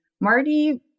Marty